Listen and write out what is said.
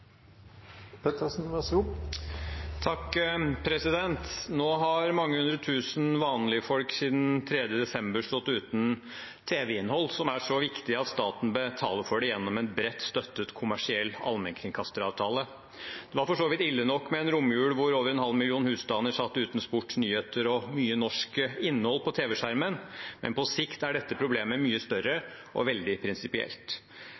som er så viktig at staten betaler for det gjennom en bredt støttet kommersiell allmennkringkasteravtale. Det var for så vidt ille nok med en romjul hvor over en halv million husstander satt uten sport, nyheter og mye norsk innhold på tv-skjermen, men på sikt er dette problemet mye større og veldig prinsipielt.